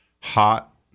Hot